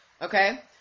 Okay